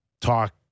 talk